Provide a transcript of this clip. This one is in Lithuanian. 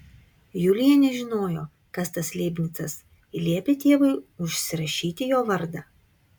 julija nežinojo kas tas leibnicas ir liepė tėvui užsirašyti jo vardą